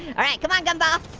alright, come on gumball.